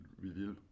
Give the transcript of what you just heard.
reveal